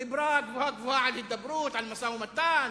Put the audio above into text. דיברה גבוהה-גבוהה על הידברות, על משא-ומתן,